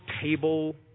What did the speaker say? table